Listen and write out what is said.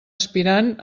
aspirant